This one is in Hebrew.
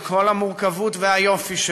על כל המורכבות והיופי שבו,